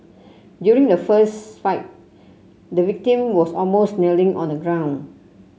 during the fist fight the victim was almost kneeling on the ground